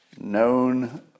known